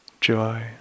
joy